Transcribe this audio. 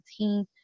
2018